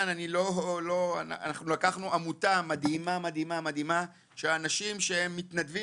אנחנו לקחנו עמותה מדהימה מדהימה של אנשים שמתנדבים